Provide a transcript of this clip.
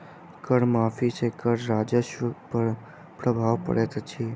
कर माफ़ी सॅ कर राजस्व पर प्रभाव पड़ैत अछि